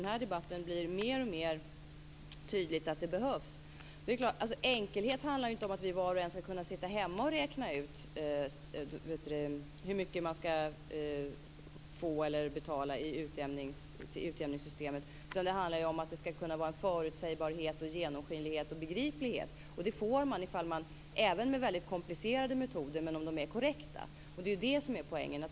Det handlar om att man faktiskt måste se över det här i grunden. Enkelhet handlar ju inte om att vi var och en skall kunna sitta hemma och räkna ut hur mycket man skall få eller betala till utjämningssystemet. Det handlar ju om att det skall finnas en förutsägbarhet, genomskinlighet och begriplighet. Det får man även med väldigt komplicerade metoder om de är korrekta. Det är det som är poängen.